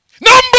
Number